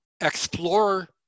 explore